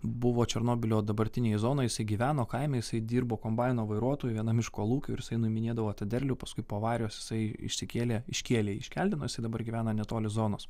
buvo černobylio dabartinėj zonoj jisai gyveno kaime jisai dirbo kombaino vairuotoju vienam iš kolūkių ir jisai nuiminėdavo tą derlių paskui po avarijos jisai išsikėlė iškėlė iškeldinusi dabar gyvena netoli zonos